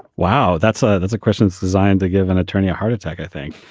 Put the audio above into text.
wow, that's a that's a question designed to give an attorney a heart attack, i think.